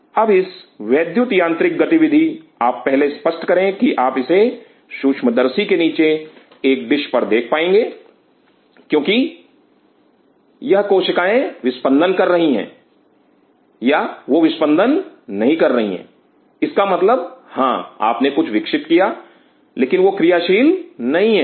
अब इस वैद्युत यांत्रिक गतिविधि आप पहले स्पष्ट करें कि आप इसे सूक्ष्मदर्शी के नीचे एक डिश पर देख पाएंगे कि यह कोशिकाएं विस्पंदन कर रही हैं या वह विस्पंदन नहीं कर रही हैं इसका मतलब हां आपने कुछ विकसित किया लेकिन वह क्रियाशील नहीं हैं